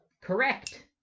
correct